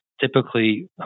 Typically